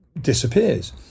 disappears